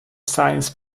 science